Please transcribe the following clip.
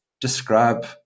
describe